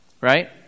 right